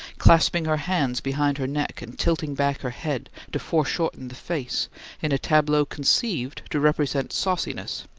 clasping her hands behind her neck, and tilting back her head to foreshorten the face in a tableau conceived to represent sauciness,